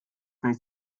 nicht